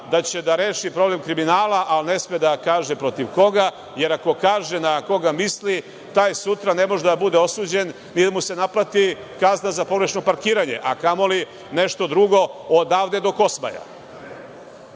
da će da reši problem kriminala, ali ne sme da kaže protiv koga, jer ako kaže na koga misli, taj sutra ne može da bude osuđen, ni da mu se naplati kazna za pogrešno parkiranje, a kamoli nešto drugo, odavde do Kosmaja. Prema